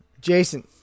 Jason